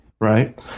right